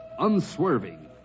Unswerving